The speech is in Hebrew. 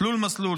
תלול מסלול,